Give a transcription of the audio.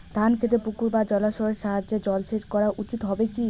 ধান খেতে পুকুর বা জলাশয়ের সাহায্যে জলসেচ করা উচিৎ হবে কি?